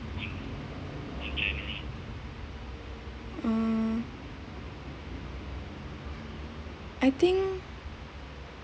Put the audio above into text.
mm I think